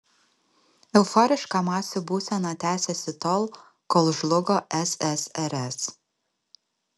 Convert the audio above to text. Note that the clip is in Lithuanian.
euforiška masių būsena tęsėsi tol kol žlugo ssrs